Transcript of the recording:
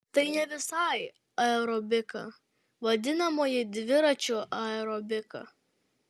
tai ne visai aerobika vadinamoji dviračių aerobika